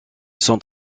son